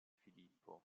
filippo